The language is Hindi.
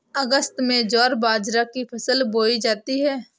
अगस्त में ज्वार बाजरा की फसल बोई जाती हैं